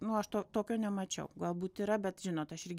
nu aš to tokio nemačiau galbūt yra bet žinot aš irgi